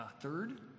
Third